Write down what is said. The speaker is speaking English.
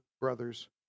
brother's